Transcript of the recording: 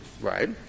Right